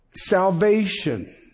salvation